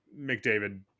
McDavid